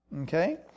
Okay